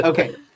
Okay